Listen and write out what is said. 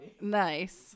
Nice